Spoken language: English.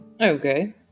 Okay